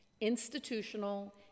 Institutional